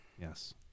Yes